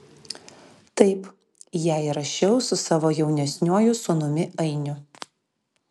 taip ją įrašiau su savo jaunesniuoju sūnumi ainiu